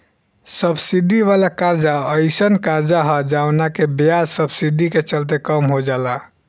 subsidy वाला कर्जा एयीसन कर्जा ह जवना के ब्याज सब्सिडी के चलते कम हो जाला